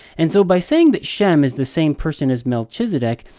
and so, by saying that shem is the same person as melchizedek,